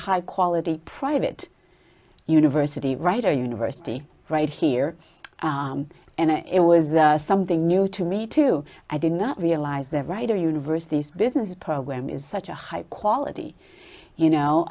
high quality private university right or university right here and it was something new to me too i did not realize that right or universities business program is such a high quality you know